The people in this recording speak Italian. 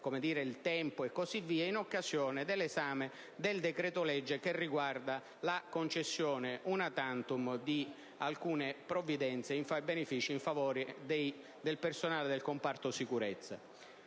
nostra richiesta, un'informativa, in occasione dell'esame del decreto-legge che riguarda la concessione *una tantum* di provvidenze e benefici in favore del personale del comparto sicurezza,